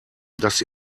das